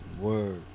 Word